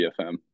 BFM